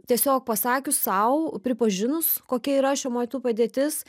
tiesiog pasakius sau pripažinus kokia yra šiuo metu padėtis